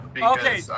Okay